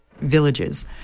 villages